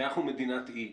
שאנחנו מדינת אי,